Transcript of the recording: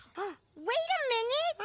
wait a minute!